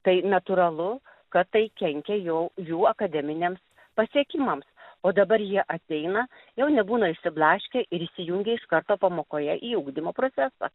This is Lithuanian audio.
tai natūralu kad tai kenkia jau jų akademiniams pasiekimams o dabar jie ateina jau nebūna išsiblaškę ir įsijungia iš karto pamokoje į ugdymo procesą